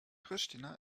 pristina